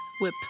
whip